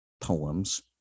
poems